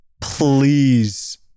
please